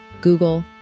Google